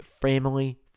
family